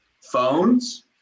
phones